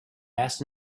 asked